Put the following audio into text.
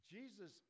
Jesus